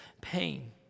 pain